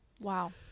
Wow